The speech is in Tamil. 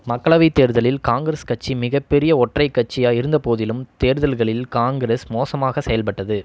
மக்களவைத் தேர்தலில் காங்கிரஸ் கட்சி மிகப் பெரிய ஒற்றைக் கட்சியா இருந்தபோதிலும் தேர்தல்களில் காங்கிரஸ் மோசமாக செயல்பட்டது